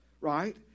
right